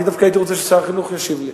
אני דווקא הייתי רוצה ששר החינוך ישיב לי.